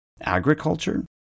Agriculture